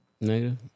Negative